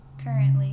currently